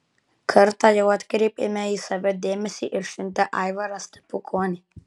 kartą jau atkreipėme į save dėmesį išsiuntę aivarą stepukonį